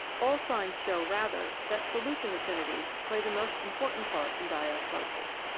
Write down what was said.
all signs show rather that solution affinities play the most important part in diosmosis.